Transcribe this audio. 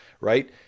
right